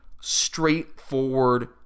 straightforward